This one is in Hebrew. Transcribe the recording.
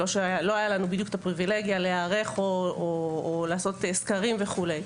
לא הייתה לנו את הפריבילגיה להיערך או לעשות סקרים וכולי.